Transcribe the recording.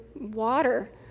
water